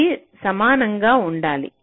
ఇది సమానంగా ఉండాలి